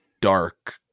dark